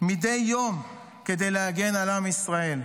מדי יום כדי להגן על עם ישראל.